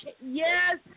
yes